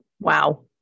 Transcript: Wow